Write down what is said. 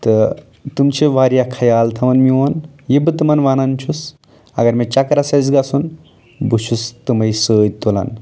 تہٕ تِم چھِ واریاہ خیال تھاوان میون یہِ بہٕ تِمن ونان چھُس اَگر مےٚ چکرس آسہِ گژھُن بہٕ چھُس تِمے سۭتۍ تُلان